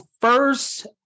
first